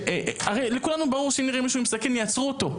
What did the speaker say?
הרי לכולנו ברור שאם נראה מישהו עם סכין יעצרו אותו.